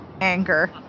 Anger